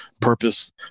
purpose